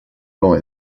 long